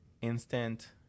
instant